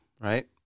right